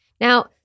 Now